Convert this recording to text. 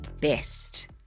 best